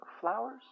Flowers